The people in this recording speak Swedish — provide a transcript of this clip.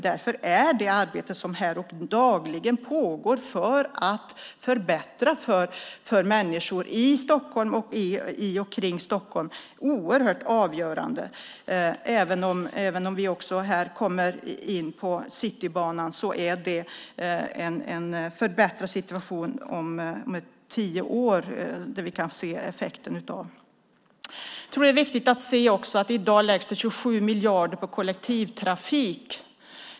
Därför är det arbete som dagligen pågår för att förbättra för människor i och runt Stockholm oerhört avgörande. Även om vi här kommer in på frågan om Citybanan är den effekt vi kan se om tio år en förbättrad situation. Det är också viktigt att se att det i dag läggs 27 miljarder på kollektivtrafik.